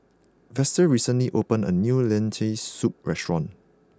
Vester recently opened a new Lentil Soup restaurant